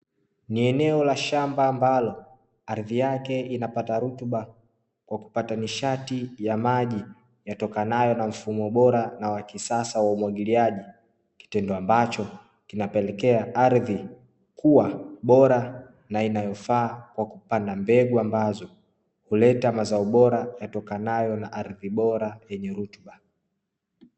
Ni eneo la shamba ambalo ardhi yake inapata rutuba kwa kupata nishati ya maji yatokanayo na mfumo bora na wa kisasa wa umwagiliaji, kitendo ambacho kinapelekea ardhi kuwa bora na inayofaa kwa kupanda mbegu ambazo huletwa mazao bora yatokanayo na ardhi bora yenye rutuba.